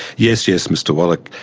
yes, yes, mr wallach,